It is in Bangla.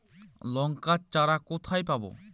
লঙ্কার চারা কোথায় পাবো?